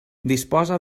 disposa